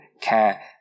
care